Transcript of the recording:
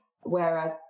Whereas